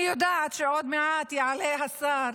אני יודעת שעוד מעט יעלה השר,